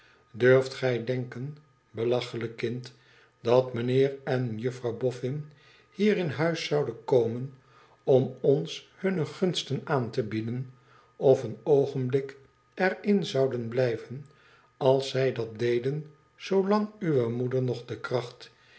durft gij denken belachelijk kind dat mijnheer en jufirouw boffin hier in huis zouden komen om ons hunne gunsten aan te beiden of een oogenblik er in zonden blijven als zij dat deden zoolang uwe moeder nog de kracht